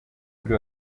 kuri